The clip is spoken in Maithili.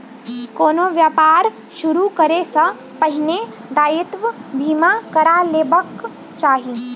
कोनो व्यापार शुरू करै सॅ पहिने दायित्व बीमा करा लेबाक चाही